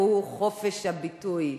והוא חופש הביטוי,